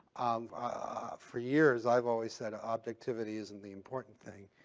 um ah for years, i've always said objectivity isn't the important thing.